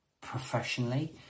professionally